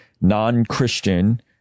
non-Christian